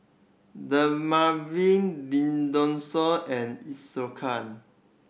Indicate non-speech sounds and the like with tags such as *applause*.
Dermaveen *unintelligible* and Isocal